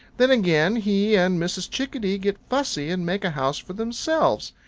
then again he and mrs. chickadee get fussy and make a house for themselves.